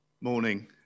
Morning